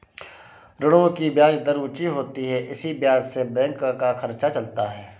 ऋणों की ब्याज दर ऊंची होती है इसी ब्याज से बैंक का खर्चा चलता है